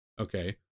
Okay